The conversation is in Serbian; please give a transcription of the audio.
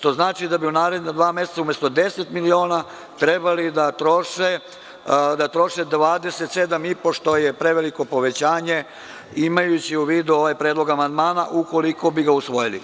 To znači da bi u naredna dva meseca umesto 10 miliona trebalo da troše 27,5, što je preveliko povećanje, imajući u vidu ovaj predlog amandmana ukoliko bi ga usvojili.